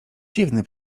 dziwny